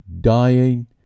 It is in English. dying